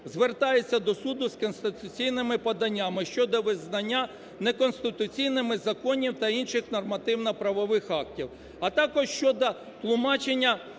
звертається до суду з конституційними поданнями щодо визнання неконституційними законів та інших нормативно-правових актів, а також щодо тлумачення